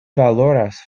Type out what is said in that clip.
valoras